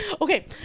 Okay